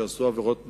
הם עברו עבירות תנועה,